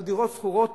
על דירות שכורות,